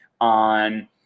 on